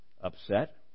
upset